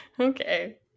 okay